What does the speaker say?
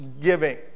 giving